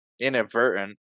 inadvertent